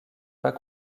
pas